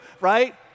right